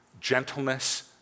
gentleness